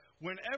Whenever